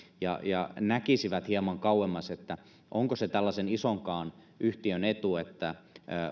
ja ja näkisivät hieman kauemmas siinä onko se tällaisen isonkaan yhtiön etu että